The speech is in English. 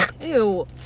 Ew